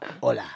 Hola